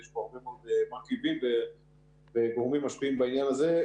יש פה הרבה מאוד מרכיבים וגורמים משפיעים בעניין הזה.